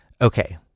Okay